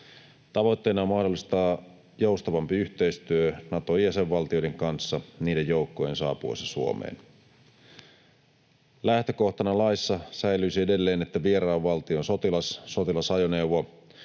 Tavoitteena on mahdollistaa joustavampi yhteistyö Naton jäsenvaltioiden kanssa niiden joukkojen saapuessa Suomeen. Lähtökohtana laissa säilyisi edelleen, että vieraan valtion sotilas,